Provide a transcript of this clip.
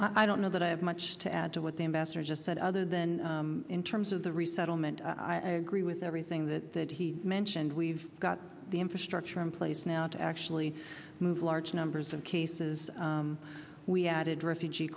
track i don't know that i have much to add to what the ambassador just said other than in terms of the resettlement i agree with everything that that he mentioned we've got the infrastructure in place now to actually move large numbers of cases we added refugee